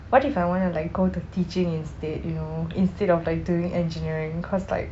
what if I want to like go to teaching instead you know instead of like doing engineering cause like